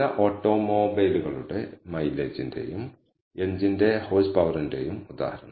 ചില ഓട്ടോമൊബൈലുകളുടെ മൈലേജിന്റെയും എഞ്ചിന്റെ ഹോഴ്സ് പവറിന്റെയും ഉദാഹരണം